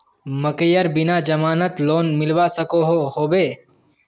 मकईर बिना जमानत लोन मिलवा सकोहो होबे?